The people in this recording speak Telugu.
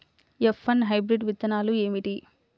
ఎఫ్ వన్ హైబ్రిడ్ విత్తనాలు ఏమిటి?